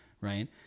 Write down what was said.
right